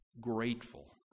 grateful